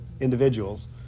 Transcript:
individuals